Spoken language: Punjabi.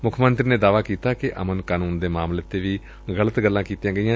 ਮੁੱਖ ਮੰਤਰੀ ਨੇ ਦਾਅਵਾ ਕੀਤਾ ਕਿ ਅਮਨ ਕਾਨੁੰਨ ਦੇ ਮਾਮਲੇ ਤੇ ਵੀ ਗਲਤ ਗੱਲਾਂ ਕੀਤੀਆਂ ਗਈਆਂ